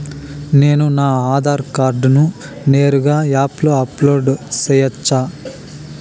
నేను నా ఆధార్ కార్డును నేరుగా యాప్ లో అప్లోడ్ సేయొచ్చా?